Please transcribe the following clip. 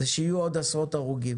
שיהיו עוד עשרות הרוגים